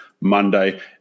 Monday